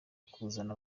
kuzana